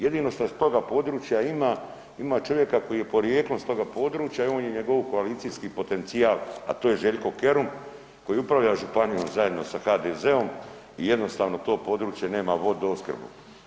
Jedino šta sa toga područja ima, ima čovjeka koji je porijeklom s toga područja i on je njegov koalicijski potencijal, a to je Željko Kerum koji upravlja županijom zajedno sa HDZ-om i jednostavno to područje nema vodoopskrbu.